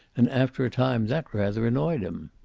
and after a time that rather annoyed him.